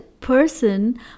person